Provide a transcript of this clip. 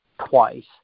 twice